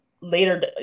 later